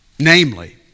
Namely